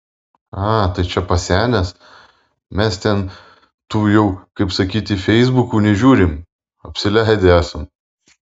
a tai čia pasenęs mes ten tų jau kaip sakyti feisbukų nežiūrim apsileidę esam